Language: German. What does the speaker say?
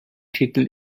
titel